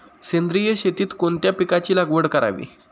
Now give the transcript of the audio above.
सेंद्रिय शेतीत कोणत्या पिकाची लागवड करावी?